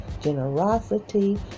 generosity